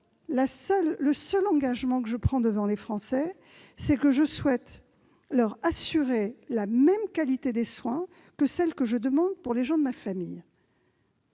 Le seul engagement que je prends devant les Français, c'est de leur assurer la même qualité de soins que celle que je demande pour ma famille.